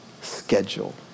schedule